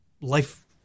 life